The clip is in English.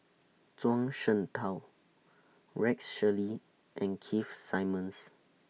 Zhuang Shengtao Rex Shelley and Keith Simmons